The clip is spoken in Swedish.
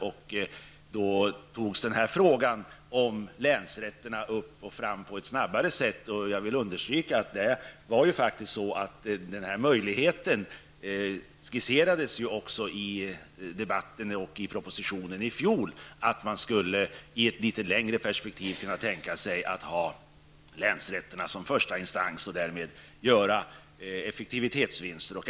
Därför togs denna tanke upp, och jag vill påminna om att det i propositionen och i debatten i fjol sades att man i ett litet längre perspektiv kunde tänka sig att ha länsrätterna som första instans och därmed åstadkomma bl.a. effektivitetsvinster.